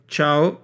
Ciao